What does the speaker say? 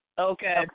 Okay